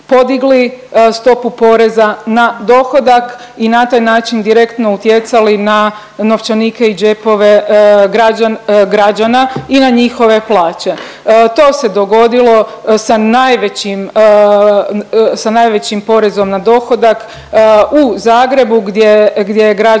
stopu poreza na dohodak i na taj način direktno utjecali na novčanike i džepove građana i na njihove plaće. To se dogodilo sa najvećim porezom na dohodak u Zagrebu gdje je građanima